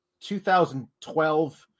2012